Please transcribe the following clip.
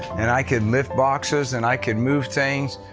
and i could lift boxes and i could move things,